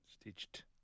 Stitched